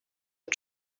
are